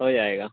ہو جائے گا